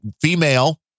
female